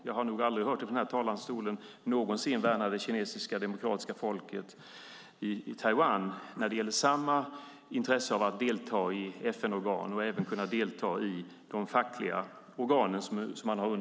Jag har nog aldrig hört talaren i den här talarstolen värna det kinesiska demokratiska folket i Taiwan när det gäller samma intresse av att delta i FN-organ och delta i de fackliga organen.